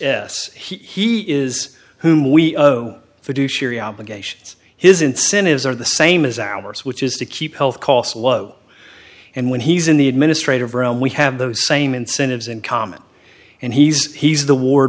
s he is whom we do shiri obligations his incentives are the same as ours which is to keep health costs low and when he's in the administrative realm we have those same incentives in common and he's he's the war